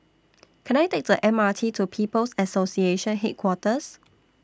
Can I Take The M R T to People's Association Headquarters